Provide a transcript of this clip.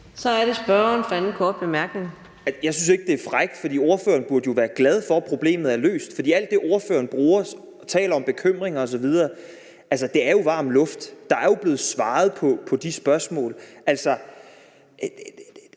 Kl. 15:19 Frederik Vad (S): Jeg synes ikke, det er frækt, for ordføreren burde jo være glad for, at problemet er løst. Alt det, ordføreren taler om som bekymringer osv., er jo varm luft. Der er blevet svaret på de spørgsmål. Hvis